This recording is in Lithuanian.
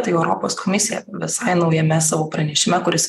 tai europos komisija visai naujame savo pranešime kuris